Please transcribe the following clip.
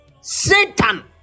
Satan